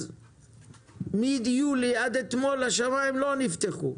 אז מיולי עד אתמול השמיים לא נפתחו.